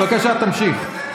בבקשה, תמשיך.